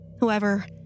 However